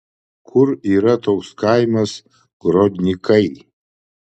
kur yra toks kaimas grodnikai